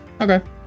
Okay